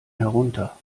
herunter